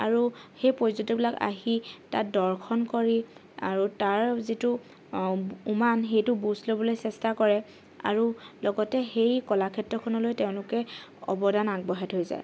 আৰু সেই পৰ্যটকবিলাক আহি তাত দৰ্শন কৰি আৰু তাৰ যিটো উমান সেইটো বুজ ল'বলৈ চেষ্টা কৰে আৰু লগতে সেই কলাক্ষেত্ৰখনলৈ তেওঁলোকে অৱদান আগবঢ়াই থৈ যায়